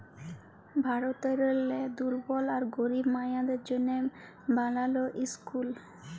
ভারতেরলে দুর্বল আর গরিব মাইয়াদের জ্যনহে বালাল ইসকুল